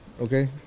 okay